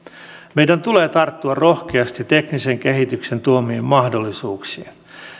meidän tulee tarttua rohkeasti teknisen kehityksen tuomiin mahdollisuuksiin